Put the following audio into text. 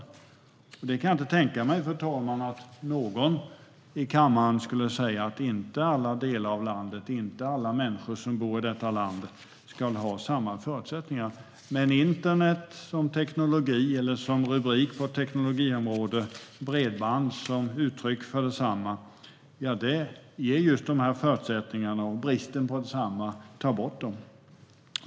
Fru talman! Jag kan inte tänka mig att någon i kammaren skulle säga att inte alla delar av landet och inte alla människor som bor i detta land ska ha samma förutsättningar. Internet som rubrik på teknikområdet och bredband som uttryck för detsamma handlar om just de förutsättningarna och bristen på dem. Det gäller att ta bort den.